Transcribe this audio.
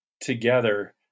together